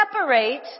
separate